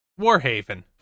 Warhaven